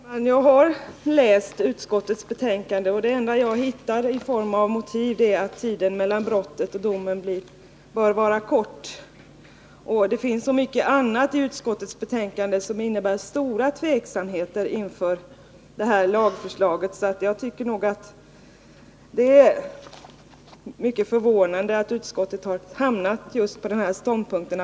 Herr talman! Jag har läst utskottets betänkande, och det enda jag har hittat av motiv är uppfattningen att tiden mellan brottet och domen bör vara kort. Men utskottet redovisar i betänkandet så stor tveksamhet inför lagförslaget att jag tycker att det är förvånande att utskottet tillstyrkt det.